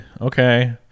Okay